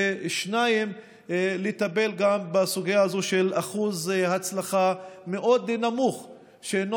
2. לטפל גם בסוגיה הזאת של אחוז הצלחה מאוד נמוך שאינו